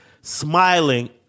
smiling